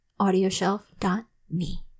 audioshelf.me